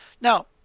Now